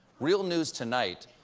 real news tonight,